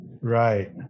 Right